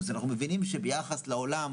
אז אנחנו מבינים שביחס לעולם,